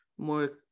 more